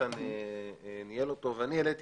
איתן ניהל אותו, ואני העליתי